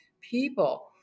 people